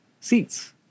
seats